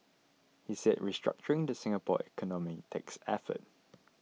he said restructuring the Singapore economy takes effort